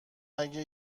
اگه